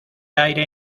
aire